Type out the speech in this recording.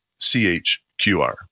CHQR